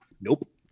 Nope